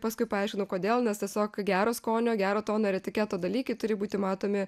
paskui paaiškinu kodėl nes tiesiog gero skonio gero tono ir etiketo dalykai turi būti matomi